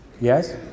Yes